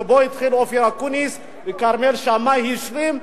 שאופיר אקוניס התחיל וכרמל שאמה השלים.